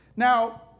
Now